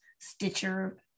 Stitcher